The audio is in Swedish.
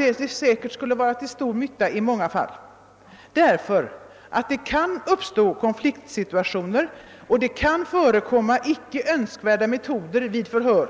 Helt säkert skulle det vara till stor nytta i många fall, ty det kan uppstå konfliktsituationer och det kan förekomma icke önskvärda metoder vid förhören;